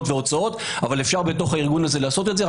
והוצאות אבל אפשר בתוך הארגון לעשות את זה.